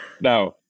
now